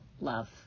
love